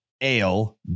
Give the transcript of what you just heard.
ale